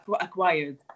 acquired